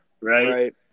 right